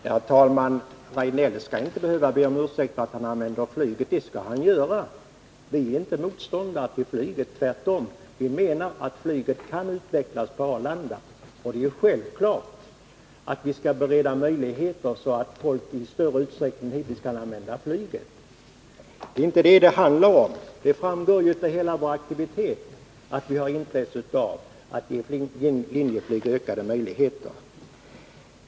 Herr talman! Eric Rejdnell skall inte behöva be om ursäkt för att han använder flyget. Det skall han göra. Vi är inte motståndare till flyget — tvärtom. Vi menar att flyget kan utvecklas på Arlanda, och det är självklart att vi skall bereda möjlighet för folk att i större utsträckning än hittills använda flyget. Det är alltså inte detta det handlar om. Det framgår ju av vår aktivitet i den här frågan att vi har intresse av att ge Linjeflyg ökade möjligheter.